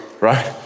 Right